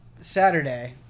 Saturday